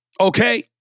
Okay